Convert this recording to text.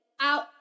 out